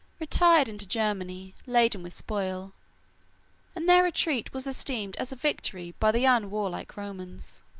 retired into germany, laden with spoil and their retreat was esteemed as a victory by the unwarlike romans.